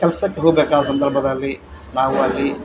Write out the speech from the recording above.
ಕೆಲಸಕ್ಕೆ ಹೋಗಬೇಕಾದ ಸಂದರ್ಭದಲ್ಲಿ ನಾವು ಅಲ್ಲಿ